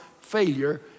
failure